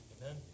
Amen